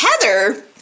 Heather